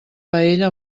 paella